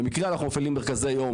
במקרה אנחנו מפעילים מרכזי יום,